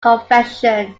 confession